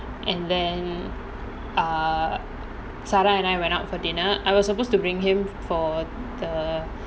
and then err sara and I went out for dinner I was supposed to bring him for the